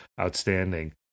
outstanding